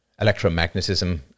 electromagnetism